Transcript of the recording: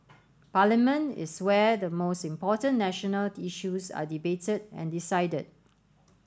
parliament is where the most important national issues are debated and decided